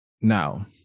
now